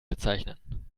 bezeichnen